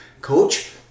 coach